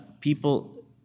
people